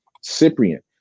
Cyprian